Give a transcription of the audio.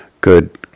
good